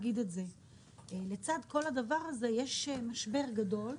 לצד כל זה, יש משבר גדול.